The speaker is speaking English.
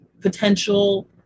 potential